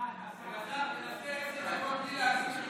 איך אמרת, בלי להזכיר איזו מילה?